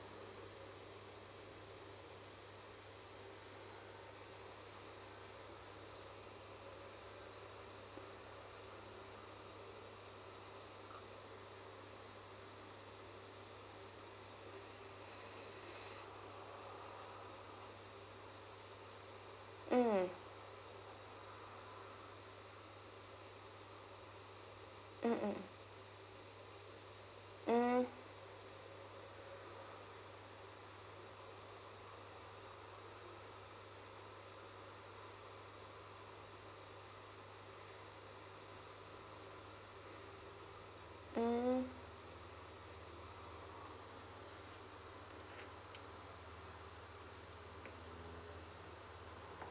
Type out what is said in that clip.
mm mmhmm mm mm